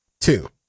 Two